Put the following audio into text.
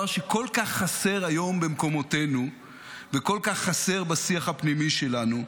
שכל כך חסר היום במקומותינו וכל כך חסר בשיח הפנימי שלנו,